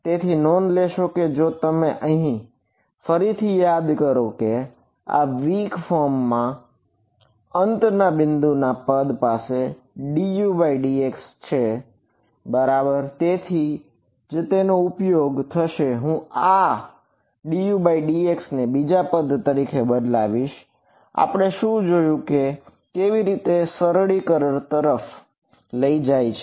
તેથી નોંધ લેશો કે જો તમે અહીં ફરીથી યાદ કરો કે આ વીક ફોર્મ માં છે અંતના બિંદુ ના પદ પાસે dUdx છે બરાબર તેથી જ તે ઉપયોગી થશે હું અહીં આ dUdx ને બીજા પદ તરીકે બદલાવીશ આપણે જોશું કે તે કેવી રીતે સરળીકરણ તરફ લઇ જાય છે